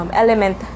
element